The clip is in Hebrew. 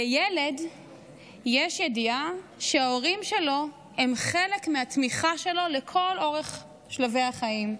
לילד יש ידיעה שההורים שלו הם חלק מהתמיכה שלו לכל אורך שלבי החיים: